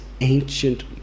ancient